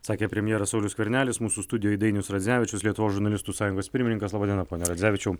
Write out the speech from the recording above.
sakė premjeras saulius skvernelis mūsų studijoje dainius radzevičius lietuvos žurnalistų sąjungos pirmininkas laba diena pone radzevičiau